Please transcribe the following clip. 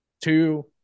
Two